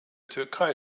türkei